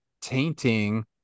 tainting